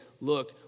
look